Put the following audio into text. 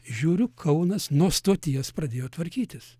žiūriu kaunas nuo stoties pradėjo tvarkytis